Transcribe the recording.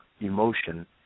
emotion